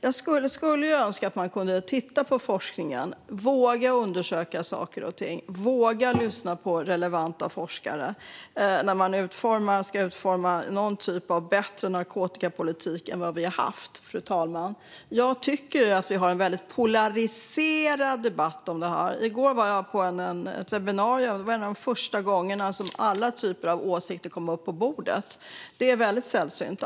Jag skulle önska att man kunde titta på forskningen och våga undersöka saker och ting och våga lyssna på relevanta forskare när man ska utforma någon typ av bättre narkotikapolitik än den vi har haft. Jag tycker att vi har en väldigt polariserad debatt om detta. I går var jag på ett webbinarium. Det var en av de första gångerna som alla typer av åsikter kom upp på bordet. Det är väldigt sällsynt.